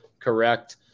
correct